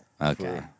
Okay